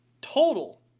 total